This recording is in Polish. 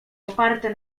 oparte